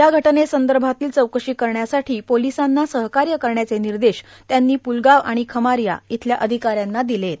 या घटनेसंदर्भातील चौकशी करण्यासाठी पोलिसांना सहकार्य करण्याचे निर्देश त्यांनी प्लगाव आणि खमरिया येथील अधिका यांना दिलेत